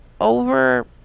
over